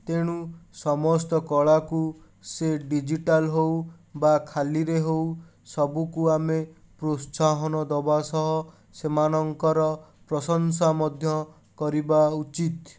ତେଣୁ ସମସ୍ତ କଳାକୁ ସେ ଡ଼ିଜିଟାଲ୍ ହେଉ ବା ଖାଲିରେ ହେଉ ସବୁକୁ ଆମେ ପ୍ରୋତ୍ସାହନ ଦେବା ସହ ସେମାନଙ୍କର ପ୍ରଶଂସା ମଧ୍ୟ କରିବା ଉଚିତ୍